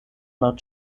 not